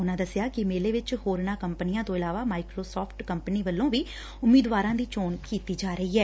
ਉਨੂਾਂ ਦੱਸਿਆ ਕਿ ਮੇਲੇ ਵਿੱਚ ਹੋਰਨਾਂ ਕੰਪਨੀਆਂ ਤੋਂ ਇਲਾਵਾ ਮਾਈਕਰੋ ਸਾਫਟ ਕੰਪਨੀ ਵੱਲੋਂ ਵੀ ਉਮੀਦਵਾਰਾਂ ਦੀ ਚੋਣ ਕੀਤੀ ਜਾ ਰਹੀ ਐ